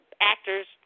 actors